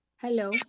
Hello